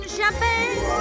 champagne